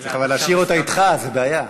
אבל להשאיר אותה אתך, זה בעיה.